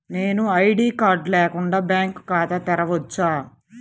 నేను ID card లేకుండా bank ఖాతా తెరవచ్చా?